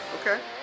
Okay